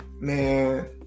Man